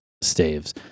staves